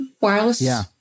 wireless